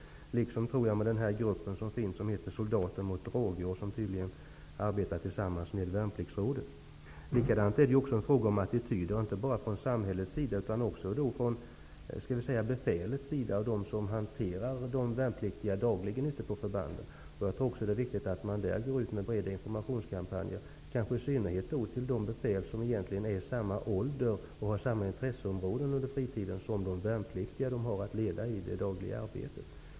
Man kan även samarbeta med den grupp som heter ''Soldater mot droger'' och som tydligen arbetar tillsammans med Värnpliktsrådet. Det är också en fråga om attityder, inte bara från samhället utan också från befälet och de som hanterar de värnpliktiga dagligen ute på förbanden. Det är viktigt att man där bedriver breda informationskampanjer, i synnerhet riktade till de befäl som är i samma ålder och har samma intresseområden under fritiden som de värnpliktiga som dessa befäl har att leda i det dagliga arbetet.